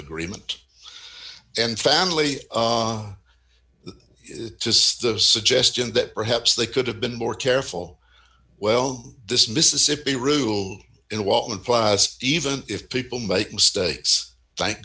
agreement and family is just a suggestion that perhaps they could have been more careful well this mississippi rule in wa implies even if people make mistakes thank